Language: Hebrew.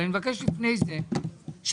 לפני כן,